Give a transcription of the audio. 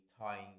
tying